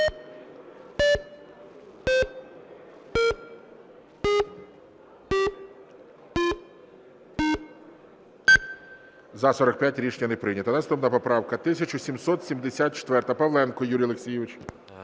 За-45 Рішення не прийнято. Наступна поправка 1774. Павленко Юрій Олексійович.